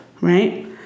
right